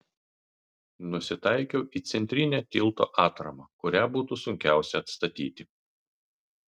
nusitaikiau į centrinę tilto atramą kurią būtų sunkiausia atstatyti